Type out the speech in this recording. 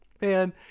Man